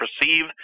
perceive